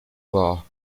law